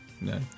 No